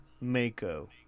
Mako